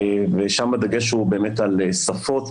ושם הדגש הוא באמת על שפות,